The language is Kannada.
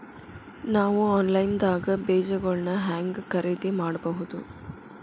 ನಾವು ಆನ್ಲೈನ್ ದಾಗ ಬೇಜಗೊಳ್ನ ಹ್ಯಾಂಗ್ ಖರೇದಿ ಮಾಡಬಹುದು?